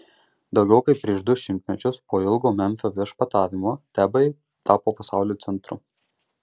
daugiau kaip prieš du šimtmečius po ilgo memfio viešpatavimo tebai tapo pasaulio centru